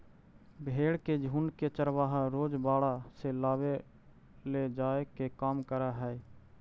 भेंड़ के झुण्ड के चरवाहा रोज बाड़ा से लावेले जाए के काम करऽ हइ